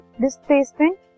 displacement